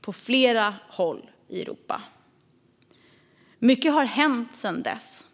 på flera håll i Europa. Mycket har hänt sedan dess.